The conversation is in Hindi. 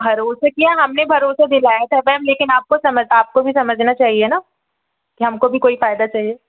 भरोसा किया है हमने भरोसा दिलाया था मैम लेकिन आपको समझ आपको भी समझना चाहिए ना कि हमको भी कोई फ़ायदा चाहिए